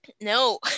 no